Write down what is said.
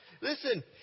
Listen